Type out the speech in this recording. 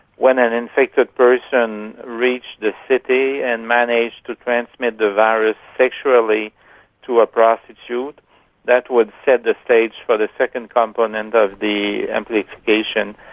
when an infected person reached the city and managed to transmit the virus sexually to a prostitute that would set the stage for the second component of the amplification,